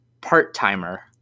part-timer